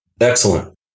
Excellent